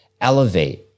Elevate